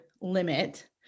limit